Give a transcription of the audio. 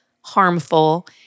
harmful